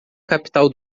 capital